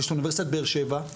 יש את אוניברסיטת באר שבע,